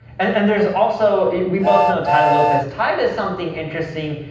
and there's also, we both know tai lopez. tai does something interesting.